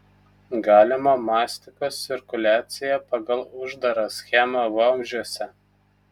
galima mastikos cirkuliacija pagal uždarą schemą vamzdžiuose